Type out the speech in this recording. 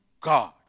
God